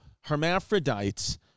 hermaphrodites